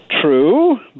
true